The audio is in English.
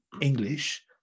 English